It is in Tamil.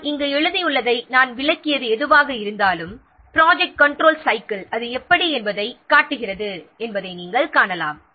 நான் இங்கு எழுதியுள்ளது எதுவாக இருந்தாலும் ப்ராஜெக்ட் கன்ட்ரோல் சைக்கிள் அது எப்படி என்பதைக் காட்டுகிறதை நாம் காணலாம்